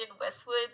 Westwood